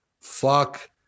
Fuck